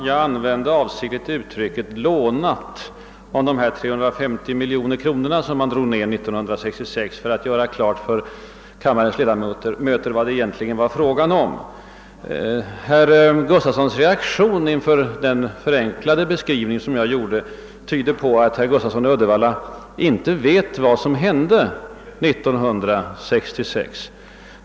Herr talman! För att klargöra för kammarens ledamöter vad det egentligen var fråga om använde jag avsiktligt uttrycket låna, när jag talade om de 350 miljoner kronor som innehölls 1966. Herr Gustafssons i Uddevalla reaktion inför den förenklade beskrivning jag gjorde tyder på att han inte vet vad som hände 1966.